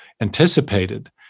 anticipated